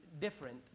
different